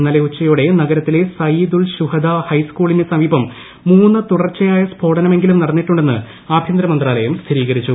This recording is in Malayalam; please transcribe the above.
ഇന്നലെ ഉച്ചുയോടെ നഗരത്തിലെ സയ്യിദ് ഉൽ ഷുഹദ ഹൈസ്ക്കൂളിന് സമീപം മൂന്ന് തുടർച്ചയായ സ്ഫോടനമെങ്കിലും നടന്നിട്ടുണ്ടെന്ന് ആഭ്യന്തരമന്ത്രാലയം സ്ഥിരീകരിച്ചു